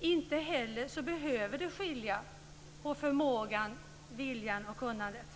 Inte heller behöver det skilja på förmågan, viljan och kunnandet.